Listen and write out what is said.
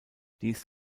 dies